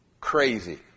Crazy